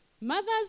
Mother's